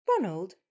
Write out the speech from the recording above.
Ronald